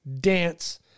dance